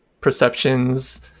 perceptions